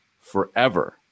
forever